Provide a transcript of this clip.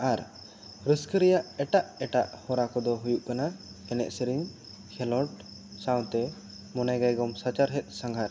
ᱟᱨ ᱨᱟᱹᱥᱠᱟᱹ ᱨᱮᱭᱟᱜ ᱮᱴᱟᱜ ᱮᱴᱟᱜ ᱦᱚᱨᱟ ᱠᱚ ᱫᱚ ᱦᱩᱭᱩᱜ ᱠᱟᱱᱟ ᱮᱱᱮᱡ ᱥᱮᱨᱮᱧ ᱠᱷᱮᱞᱳᱰ ᱥᱟᱶᱛᱮ ᱢᱚᱱᱮ ᱜᱟᱭᱜᱚᱢ ᱥᱟᱪᱟᱨᱦᱮᱫ ᱥᱟᱸᱜᱷᱟᱨ